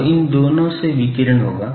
तो इन दोनों से विकिरण होगा